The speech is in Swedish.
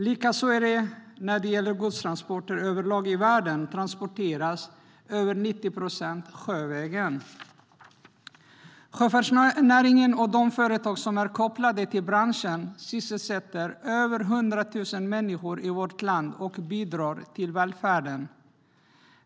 Likadant är det när det gäller godstransporter överlag i världen. Över 90 procent transporteras sjövägen. Sjöfartsnäringen och de företag som är kopplade till branschen sysselsätter över 100 000 människor i vårt land och bidrar till välfärden.